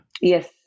Yes